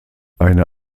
eine